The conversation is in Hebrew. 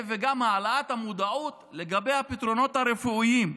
וגם העלאת המודעות לגבי הפתרונות הרפואיים,